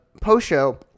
post-show